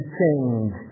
change